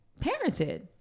parented